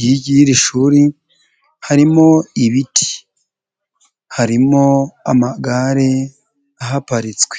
y'iri shuri harimo ibiti harimo amagare ahaparitswe.